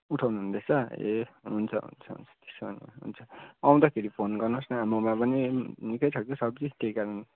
उठाउनुहुदैँछ ए हुन्छ हुन्छ हुन्छ त्यसो भने हुन्छ आउँदाखेरि फोन गर्नुहोस् न हाम्रोमा पनि निकै छ कि सब्जी त्यही कारण